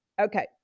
Okay